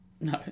No